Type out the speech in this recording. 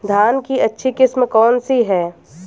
धान की अच्छी किस्म कौन सी है?